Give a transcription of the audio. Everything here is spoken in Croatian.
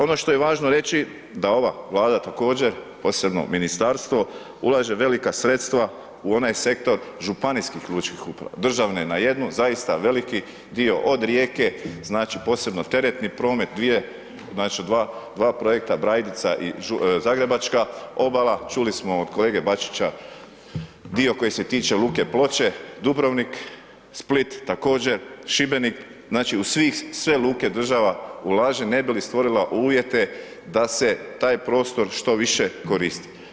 Ono što je važno reći da ova Vlada također, posebno ministarstvo, ulaže velika sredstva u onaj sektor županijskih lučkih uprava, državne na jednu, zaista veliki dio od Rijeke, znači, posebno teretni promet, znači, dva projekta Brajdica i zagrebačka obala, čuli smo od kolege Bačića dio koji se tiče luke Ploče, Dubrovnik, Split također, Šibenik, znači, u sve luke država ulaže ne bi li stvorila uvjete da se taj prostor što više koristi.